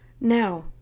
Now